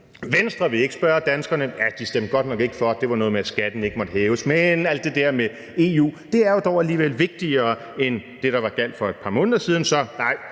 Venstre vil ikke spørge danskerne – de stemte godt nok ikke for; det var noget med, at skatten ikke måtte hæves. Men alt det der med EU er jo dog alligevel vigtigere end det, der gjaldt for et par måneder siden,